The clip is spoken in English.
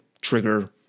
trigger